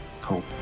hope